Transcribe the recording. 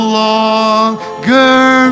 longer